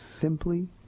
simply